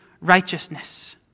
righteousness